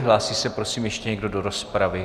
Hlásí se prosím ještě někdo do rozpravy?